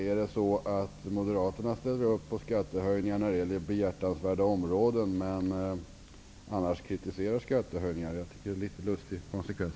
Är det så, att moderaterna ställer upp på skattehöjningar när det gäller behjärtansvärda områden men i andra fall kritiserar skattehöjningar? Jag tycker att det är en litet lustig konsekvens.